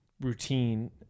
Routine